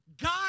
God